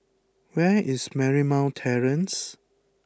where is Marymount Terrace